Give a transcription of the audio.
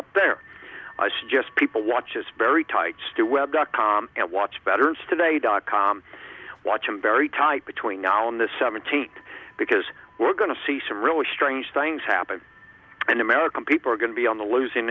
up there i suggest people watch this very tight stew web dot com and watch bettors today dot com watch him very tight between now and the seventeenth because we're going to see some really strange things happen and american people are going to be on the losing